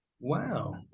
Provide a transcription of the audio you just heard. Wow